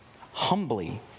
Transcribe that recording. humbly